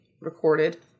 recorded